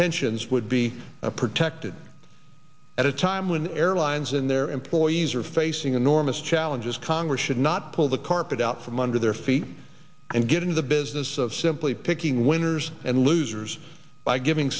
pensions would be protected at a time when airlines and their employees are facing enormous challenges congress should not pull the carpet out from under their feet and get into the business of simply picking winners and losers by giving